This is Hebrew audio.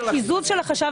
הקיזוז של החשב